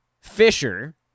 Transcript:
Fisher